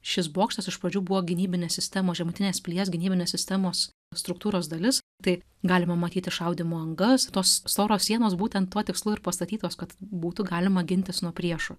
šis bokštas iš pradžių buvo gynybinės sistemos žemutinės pilies gynybinės sistemos struktūros dalis tai galima matyti šaudymo angas tos storos sienos būtent tuo tikslu ir pastatytos kad būtų galima gintis nuo priešų